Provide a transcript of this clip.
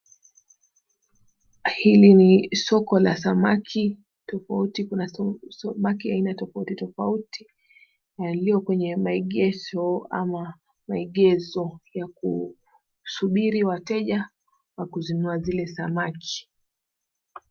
Hili ni soko la samaki tofauti, kuna samaki aina tofauti tofauti. Yaliyo kwenye maegesho ama maegezo ya kusubiri wateja wakuzinunua zile samaki .